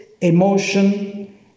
emotion